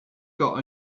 got